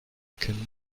can